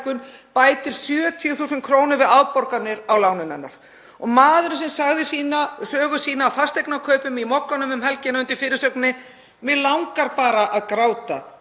bætir 70.000 kr. við afborganir á láninu hennar. Og maðurinn sagði sögu sína af fasteignakaupum í Mogganum um helgina undir fyrirsögninni: Mig langar bara að gráta,